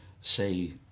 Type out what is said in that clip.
say